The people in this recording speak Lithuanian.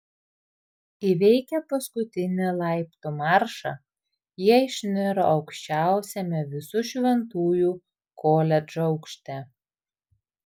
įveikę paskutinį laiptų maršą jie išniro aukščiausiame visų šventųjų koledžo aukšte